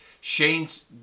Shane's